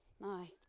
Nice